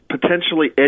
potentially